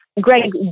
Greg